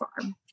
farm